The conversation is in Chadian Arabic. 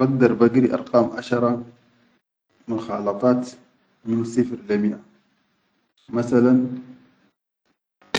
Bagdar bagiri arqam ashara mikhalatat, min sifir le miaʼa, masalank